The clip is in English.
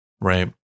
right